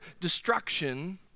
destruction